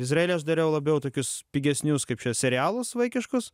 izraely aš dariau labiau tokius pigesnius kaip čia serialus vaikiškus